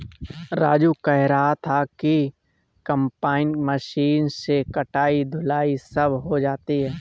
राजू कह रहा था कि कंबाइन मशीन से कटाई धुलाई सब हो जाती है